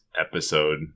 episode